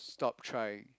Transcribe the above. stop trying